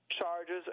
charges